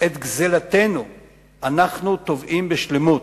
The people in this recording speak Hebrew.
"את גזלתנו אנחנו תובעים בשלמות"